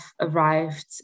arrived